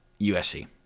USC